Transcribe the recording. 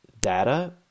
data